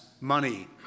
money